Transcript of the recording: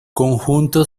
conjunto